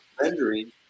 rendering